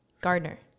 Gardner